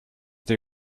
they